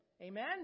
Amen